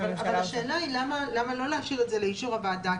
השאלה היא למה לא להשאיר את זה לאישור הוועדה?